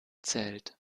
zählt